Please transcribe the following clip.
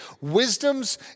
wisdom's